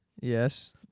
Yes